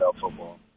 football